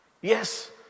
Yes